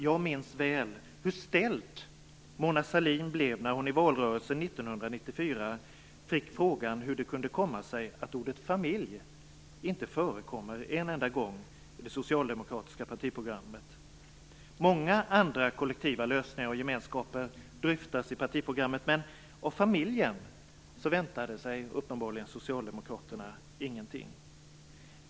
Jag minns väl hur ställd Mona Sahlin blev när hon i valrörelsen 1994 fick frågan hur det kunde komma sig att ordet familj inte förekommer en enda gång i det socialdemokratiska partiprogrammet. Många andra kollektiva lösningar och gemenskaper dryftas i partiprogrammet, men av familjen väntar sig Socialdemokraterna uppenbarligen ingenting.